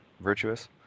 virtuous